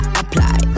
apply